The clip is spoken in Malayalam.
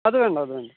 അത് വേണ്ടാ അത് വേണ്ടാ